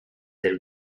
del